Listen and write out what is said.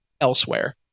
elsewhere